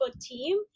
team